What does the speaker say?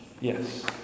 Yes